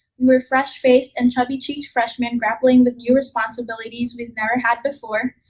we were fresh faced and chubby cheeked freshman grappling with new responsibilities we've never had before,